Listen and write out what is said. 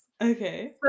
Okay